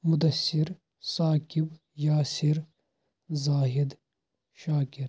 Mudassir Saqib Yasir Zahid Shakir